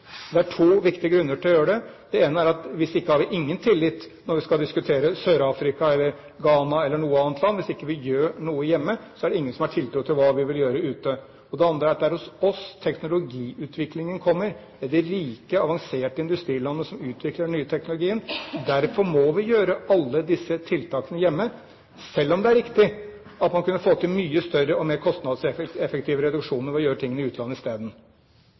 Det er to viktige grunner til å gjøre det: Det ene er at hvis vi ikke gjør det, har vi ingen tillit når vi skal diskutere Sør-Afrika eller Ghana eller noe annet land; hvis vi ikke gjør noe hjemme, er det ingen som har tiltro til hva vi vil gjøre ute. Det andre er at det er hos oss teknologiutviklingen kommer; det er de rike, avanserte industrilandene som utvikler den nye teknologien. Derfor må vi gjøre alle disse tiltakene hjemme, selv om det er riktig at man kunne få til mye større og mer kostnadseffektive reduksjoner ved å gjøre dette i utlandet